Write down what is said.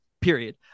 period